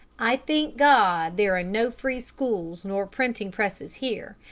i thank god there are no free schools nor printing-presses here,